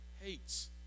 hates